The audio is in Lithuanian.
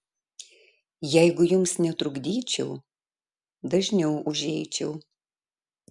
jeigu jums netrukdyčiau dažniau užeičiau